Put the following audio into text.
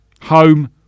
Home